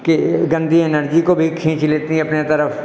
कि यह गंदी एनर्जी को भी खींच लेती हैं अपने तरफ